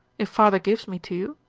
if father gives me to you